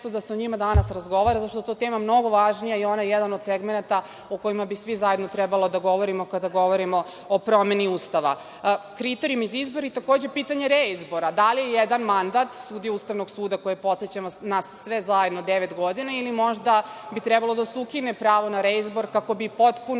da se o njima danas razgovara, zato što je ta tema mnogo važnija i ona je jedna od segmenata o kojima bi svi zajedno trebalo da govorimo kada govorimo o promeni Ustava. Kriterijum za izbor je takođe pitanje reizbora. Da li je jedan mandat sudije Ustavnog suda, koji je, podsećam nas sve zajedno, devet godina, ili možda bi trebalo da se ukine pravo na reizbor, kako bi potpuno